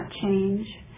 change